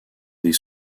des